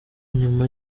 nyuma